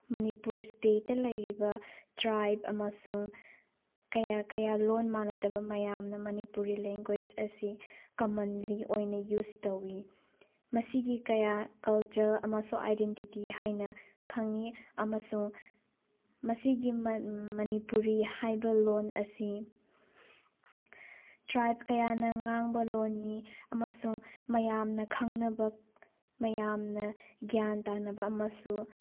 ꯃꯅꯤꯄꯨꯔ ꯏꯁꯇꯦꯠꯇ ꯂꯩꯔꯤꯕ ꯇ꯭ꯔꯥꯏꯞ ꯑꯃꯁꯨꯡ ꯀꯌꯥ ꯀꯌꯥ ꯂꯣꯟ ꯃꯥꯟꯅꯗꯕ ꯃꯌꯥꯝꯅ ꯃꯅꯤꯄꯨꯔꯤ ꯂꯦꯡꯒ꯭ꯋꯦꯁ ꯑꯁꯤ ꯀꯃꯟꯂꯤ ꯑꯣꯏꯅ ꯌꯨꯁ ꯇꯧꯋꯤ ꯃꯁꯤꯒꯤ ꯀꯌꯥ ꯀꯜꯆꯔ ꯑꯃꯁꯨꯡ ꯑꯥꯏꯗꯦꯟꯇꯤꯇꯤ ꯍꯥꯏꯅ ꯈꯪꯉꯤ ꯑꯃꯁꯨꯡ ꯃꯁꯤꯒꯤ ꯃꯅꯤꯄꯨꯔꯤ ꯍꯥꯏꯕ ꯂꯣꯟ ꯑꯁꯤ ꯇ꯭ꯔꯥꯏꯞ ꯀꯌꯥꯅ ꯉꯥꯡꯕ ꯂꯣꯟꯅꯤ ꯑꯃꯁꯨꯡ ꯃꯌꯥꯝꯅ ꯈꯪꯅꯕ ꯃꯌꯥꯝꯅ ꯒ꯭ꯌꯥꯟ ꯇꯥꯅꯕ ꯑꯃꯁꯨ